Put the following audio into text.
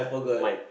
Mike